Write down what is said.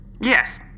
Yes